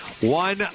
One